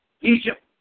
Egypt